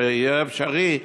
שיהיה אפשרי,